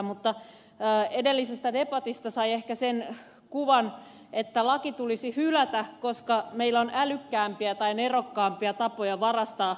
mutta edellisestä debatista sai ehkä sen kuvan että laki tulisi hylätä koska meillä on älykkäämpiä tai nerokkaampia tapoja varastaa